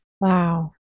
Wow